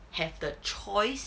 have the choice